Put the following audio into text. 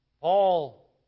Paul